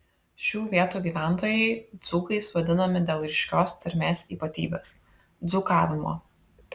šių vietų gyventojai dzūkais vadinami dėl ryškios tarmės ypatybės dzūkavimo